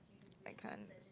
I can't